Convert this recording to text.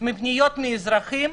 בפניות של אזרחים,